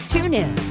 TuneIn